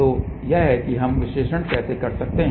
तो यह है कि हम विश्लेषण कैसे कर सकते हैं